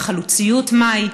חלוציות מהי,